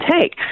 take